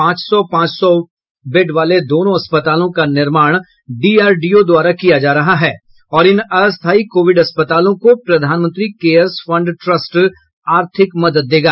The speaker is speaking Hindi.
पांच सौ पांच सौ बेड वाले दोनों अस्पतालों का निर्माण डीआरडीओ द्वारा किया जा रहा है और इन अस्थायी कोविड अस्पतालों को प्रधानमंत्री केअर्स फंड ट्रस्ट आर्थिक मदद देगा